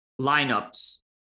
lineups